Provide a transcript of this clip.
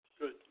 Good